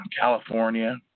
California